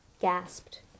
gasped